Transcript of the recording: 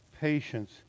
patience